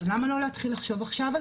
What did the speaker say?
אז למה לא להתחיל לחשוב עכשיו על פתרון?